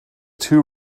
too